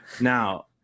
Now